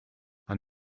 are